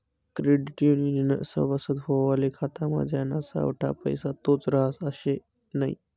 credit युनियननं सभासद व्हवाले खातामा ज्याना सावठा पैसा तोच रहास आशे नै